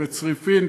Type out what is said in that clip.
בצריפין,